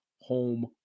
home